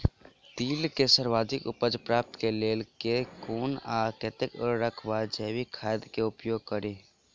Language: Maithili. तिल केँ सर्वाधिक उपज प्राप्ति केँ लेल केँ कुन आ कतेक उर्वरक वा जैविक खाद केँ उपयोग करि?